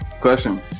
question